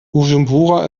bujumbura